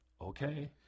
Okay